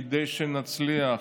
כדי שנצליח,